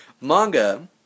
Manga